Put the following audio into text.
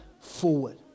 forward